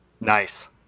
Nice